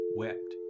wept